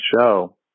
show